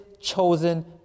chosen